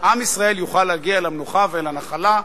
עם ישראל יוכל להגיע למנוחה ולנחלה,